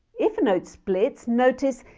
if a note splits notice,